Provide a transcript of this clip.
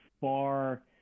far